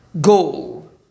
goal